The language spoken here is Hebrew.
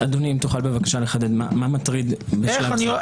אדוני, אם תוכל בבקשה לחדד מה מטריד בשלב זה.